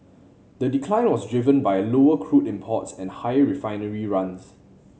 the decline was driven by lower crude imports and higher refinery runs